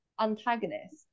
antagonist